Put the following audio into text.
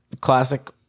classic